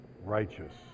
righteous